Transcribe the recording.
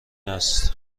است